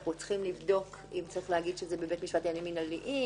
אנחנו צריכים לבדוק אם זה בבית משפט לעניינים מינהליים.